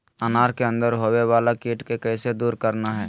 अनार के अंदर होवे वाला कीट के कैसे दूर करना है?